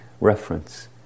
reference